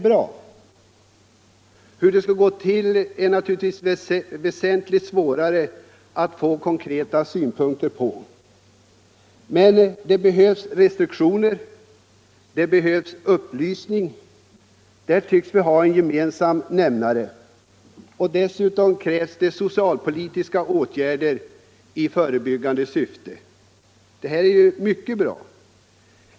Men att det behövs restriktioner och upplysning är klart, och det synes vara en gemensam nämnare. Dessutom krävs det socialpolitiska åtgärder i förebyggande syfte. Detta är mycket bra.